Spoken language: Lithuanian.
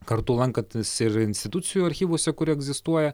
kartu lankantis ir institucijų archyvuose kur egzistuoja